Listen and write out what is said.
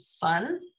fun